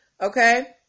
okay